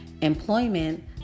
employment